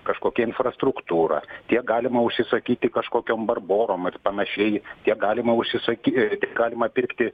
kažkokia infrastruktūra kiek galima užsisakyti kažkokiom barborom ir panašiai kiek galima užsisaky galima pirkti